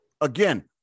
Again